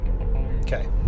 okay